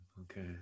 okay